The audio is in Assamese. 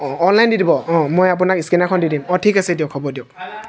অঁ অনলাইন দি দিব অঁ মই আপোনাক স্কেনাৰখন দি দিম অঁ ঠিক আছে দিয়ক হ'ব দিয়ক